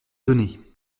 donner